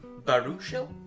Baruchel